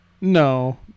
No